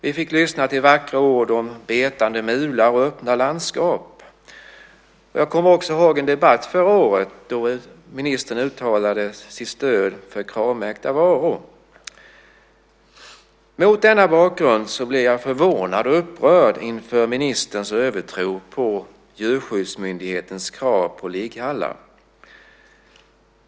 Vi fick lyssna till vackra ord om betande mula och öppna landskap. Jag kommer också ihåg en debatt förra året då ministern uttalade sitt stöd för Kravmärkta varor. Mot denna bakgrund blir jag förvånad och upprörd inför ministerns övertro på Djurskyddsmyndighetens krav på ligghallar.